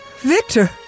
Victor